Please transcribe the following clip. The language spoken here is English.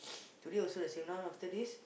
today also the same now after this